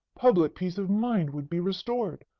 public peace of mind would be restored.